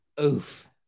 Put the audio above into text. Oof